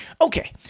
Okay